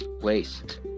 waste